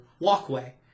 walkway